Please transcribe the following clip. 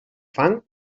fang